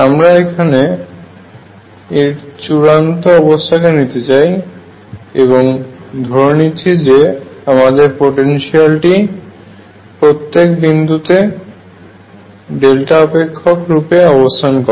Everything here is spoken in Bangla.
আমরা এখানে এর চূড়ান্ত অবস্থাকে কে নিতে চাই এবং ধরে নিচ্ছি যে আমাদের পোটেনশিয়ালটি প্রত্যেক বিন্দুতে ডেল্টা অপেক্ষক রূপে অবস্থান করে